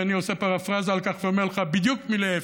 ואני עושה פרפראזה על כך ואומר לך: בדיוק להפך.